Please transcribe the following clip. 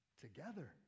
together